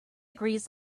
grease